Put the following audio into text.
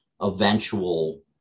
eventual